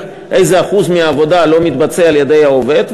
איזה אחוז מהעבודה לא מתבצע על-ידי העובד,